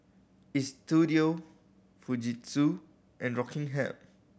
Istudio Fujitsu and Rockingham